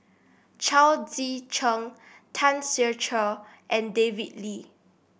Chao Tzee Cheng Tan Ser Cher and David Lee